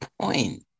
point